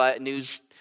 news